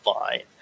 fine